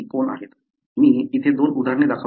मी इथे दोन उदाहरणे दाखवली आहेत